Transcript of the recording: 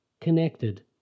connected